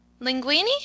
Linguini